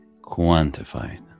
quantified